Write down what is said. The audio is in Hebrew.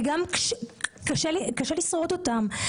וקשה לשרוד אותם.